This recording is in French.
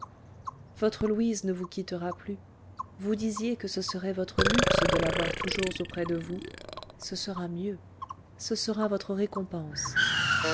votre louise ne vous quittera plus vous disiez que ce serait votre luxe de l'avoir toujours auprès de vous ce sera mieux ce sera votre récompense